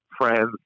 friends